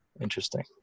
interesting